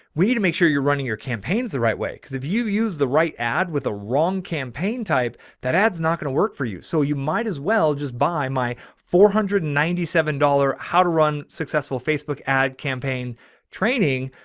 we need to make sure you're running your campaigns the right way. cause if you use the right ad with a wrong campaign type, that ad's not going to work for you. so you might as well just buy my four hundred and ninety seven dollars, how to run successful facebook ad campaign training.